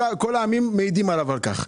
כל העמים מעידים עליו על כך.